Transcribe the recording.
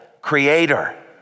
creator